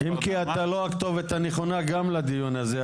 --- אם כי אתה לא הכתובת הנכונה גם לדיון הזה.